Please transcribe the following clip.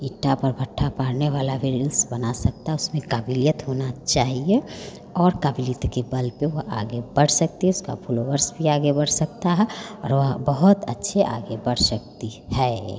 ईंट पर भट्ठा पारने वाला भी रील्स बना सकता है उसमें क़ाबिलियत होना चाहिए और क़ाबिलियत के बल पर वो आगे बढ़ सकती है उसका फ़्लोवर्स भी आगे बढ़ सकता है और वह बहुत अच्छे आगे बढ़ सकती है